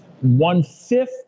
one-fifth